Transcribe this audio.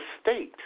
state